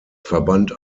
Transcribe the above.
verband